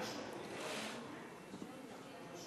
אתה מוותר?